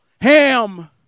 Ham